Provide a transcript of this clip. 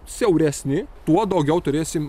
siauresni tuo daugiau turėsim